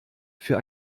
für